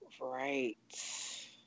Right